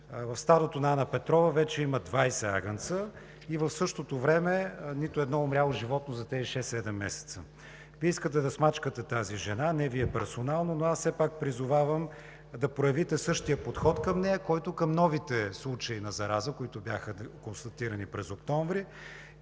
В стадото на Ана Петрова вече има 20 агънца и в същото време нито едно умряло животно за тези 6 – 7 месеца. Вие искате да смачкате тази жена. Не Вие персонално, но аз все пак призовавам да проявите същия подход към нея, като към новите случаи на зараза, които бяха констатирани през октомври.